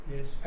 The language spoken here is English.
Yes